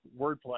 wordplay